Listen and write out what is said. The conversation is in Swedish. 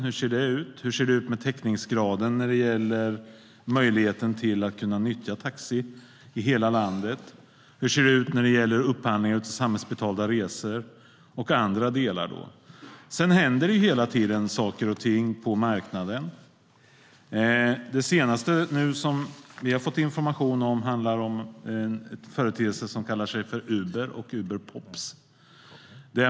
Hur ser det ut med täckningsgraden när det gäller möjligheten att kunna nyttja taxi i hela landet? Hur ser det ut med upphandlingen av samhällsbetalda resor? Sedan händer hela tiden saker och ting på marknaden. Det senaste vi har fått information om handlar om företeelsen som kallas Uber och Uberpop.